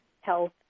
health